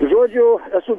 žodžiu esu